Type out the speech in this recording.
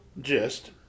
gist